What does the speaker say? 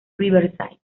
riverside